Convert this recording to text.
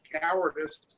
cowardice